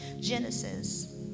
Genesis